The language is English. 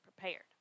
prepared